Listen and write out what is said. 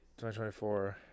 2024